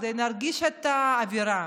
כדי שנרגיש את האווירה: